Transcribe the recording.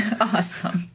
Awesome